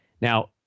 Now